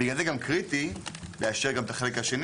בגלל זה גם קריטי לאשר גם את החלק השני,